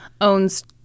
owns